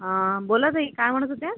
बोला ताई काय म्हणत होत्या